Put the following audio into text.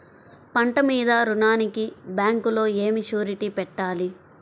పంట మీద రుణానికి బ్యాంకులో ఏమి షూరిటీ పెట్టాలి?